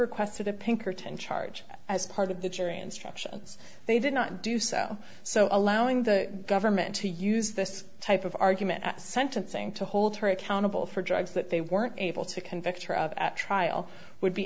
requested the pinkerton charge as part of the jury instructions they did not do so so allowing the government to use this type of argument at sentencing to hold her accountable for drugs that they weren't able to convict her of at trial would be